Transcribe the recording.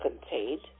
contained